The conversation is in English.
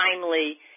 timely